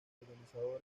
organizadores